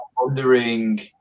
wondering